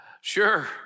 Sure